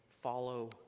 Follow